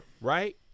right